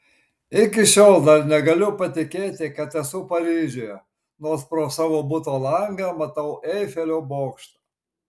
iki šiol dar negaliu patikėti kad esu paryžiuje nors pro savo buto langą matau eifelio bokštą